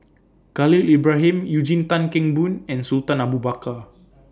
Khalil Ibrahim Eugene Tan Kheng Boon and Sultan Abu Bakar